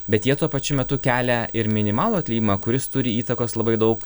bet jie tuo pačiu metu kelia ir minimalų atlyginimą kuris turi įtakos labai daug